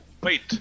wait